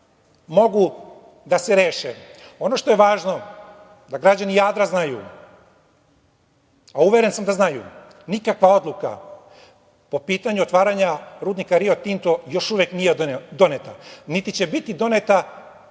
mogu da se reše. Ono što je važno da građani Jadra znaju, a uveren sam i da znaju, nikakva odluka po pitanju otvaranja rudnika Rio Tinto još uvek nije doneta, niti će biti doneta